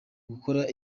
gukora